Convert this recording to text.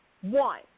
One